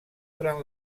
durant